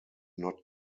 not